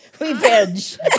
Revenge